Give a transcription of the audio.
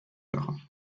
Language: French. heures